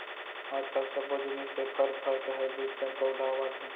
आजकाल सब्बो जिनिस के फर, फर के हाइब्रिड पेड़ पउधा आवत हे